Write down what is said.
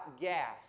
gas